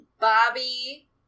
Bobby